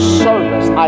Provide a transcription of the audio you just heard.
service